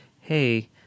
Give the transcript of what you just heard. Hey